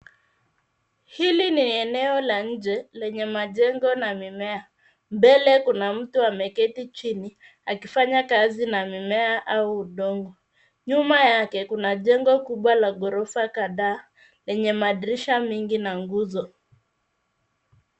Hili ni eneo la nje lenye majengo na mimea. Mbele kuna mtu ameketi chini akifanya kazi na mimea au udongo. NYuma yake kuna jengo kubwa la ghorofa kadhaa lenye madirisha na nguzo.